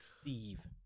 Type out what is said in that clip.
Steve